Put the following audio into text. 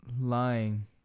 lying